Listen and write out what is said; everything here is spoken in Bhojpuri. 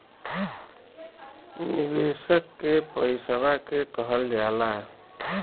निवेशक के पइसवा के कहल जाला